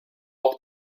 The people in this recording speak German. auch